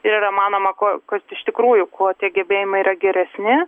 yra manoma kuo kad iš tikrųjų kuo tie gebėjimai yra geresni